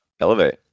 elevate